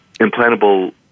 implantable